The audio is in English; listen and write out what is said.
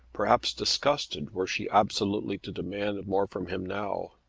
perhaps disgusted were she absolutely to demand more from him now.